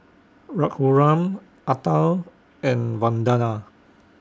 Raghuram Atal and Vandana